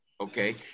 Okay